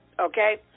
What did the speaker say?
okay